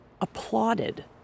applauded